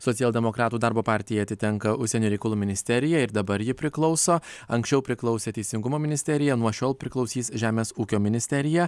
socialdemokratų darbo partijai atitenka užsienio reikalų ministerija ir dabar ji priklauso anksčiau priklausė teisingumo ministerija nuo šiol priklausys žemės ūkio ministerija